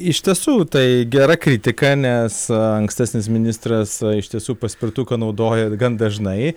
iš tiesų tai gera kritika nes ankstesnis ministras iš tiesų paspirtuką naudoja gan dažnai